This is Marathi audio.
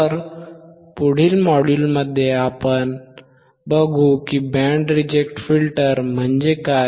तर पुढील मॉड्युलमध्ये आपण बघू की बँड रिजेक्ट फिल्टर म्हणजे काय